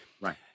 Right